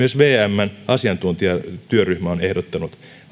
vmn asiantuntijatyöryhmä on ehdottanut